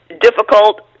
difficult